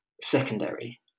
secondary